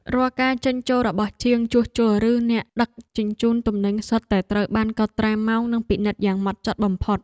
រាល់ការចេញចូលរបស់ជាងជួសជុលឬអ្នកដឹកជញ្ជូនទំនិញសុទ្ធតែត្រូវបានកត់ត្រាម៉ោងនិងពិនិត្យយ៉ាងហ្មត់ចត់បំផុត។